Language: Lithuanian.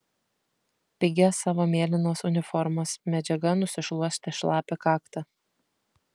pigia savo mėlynos uniformos medžiaga nusišluostė šlapią kaktą